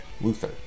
Luther